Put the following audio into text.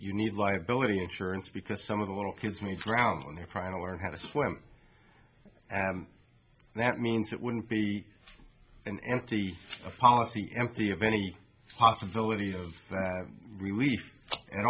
you need liability insurance because some of the little kids made ground when they're trying to learn how to swim and that means it wouldn't be an empty policy empty of any possibility of relief and